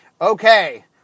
Okay